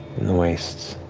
in the wastes.